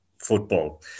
football